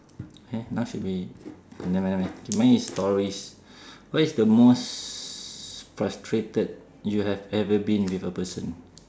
!huh! now should be never mind never mind K mine is stories what is the most frustrated you have ever been with a person